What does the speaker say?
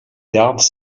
gardes